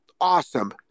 Awesome